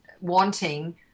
wanting